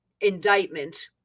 indictment